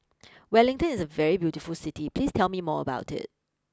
Wellington is a very beautiful City please tell me more about it